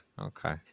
Okay